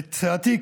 ואת סיעתי,